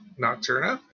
nocturna